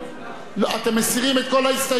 אתם מסירים את כל ההסתייגויות?